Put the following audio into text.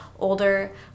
Older